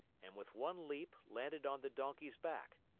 and with one leap landed on the donkey's back.